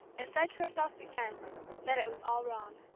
and said to herself again that it was all wrong.